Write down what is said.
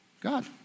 God